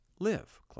live